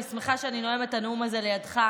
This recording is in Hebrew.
אני שמחה שאני נואמת את הנאום הזה לידך.